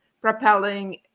propelling